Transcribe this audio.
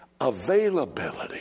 Availability